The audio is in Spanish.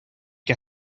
que